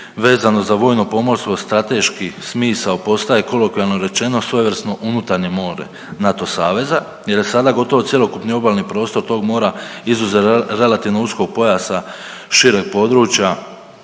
vezano za vojno pomorstvo strateški smisao postaje, kolokvijalno rečeno, svojevrsno unutarnje more NATO saveza jer je sada gotovo cjelokupni obalni prostor tog mora izuzev relativno uskog pojava šireg područja